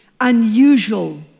Unusual